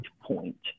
point